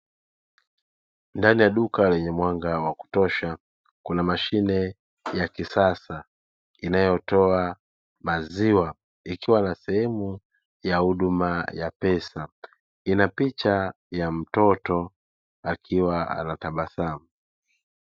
Ndani ya duka lenye mwanga wa kutosha, kuna mashine ya kisasa inayotoa maziwa ikiwa na sehemu ya huduma ya pesa. Ina picha ya mtoto akiwa anatabasamu.